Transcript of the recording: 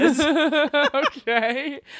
Okay